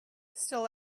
still